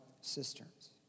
cisterns